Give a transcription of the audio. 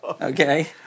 Okay